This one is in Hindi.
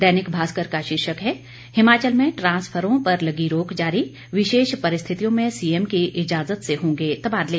दैनिक भास्कर का शीर्षक है हिमाचल में ट्रांसफरों पर लगी रोक जारी विशेष परिस्थितियों में सीएम की इजाजत से होंगे तबादले